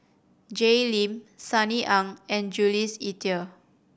Jay Lim Sunny Ang and Jules Itier